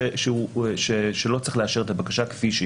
סבור שלא צריך לאשר את הבקשה כפי שהיא.